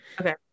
Okay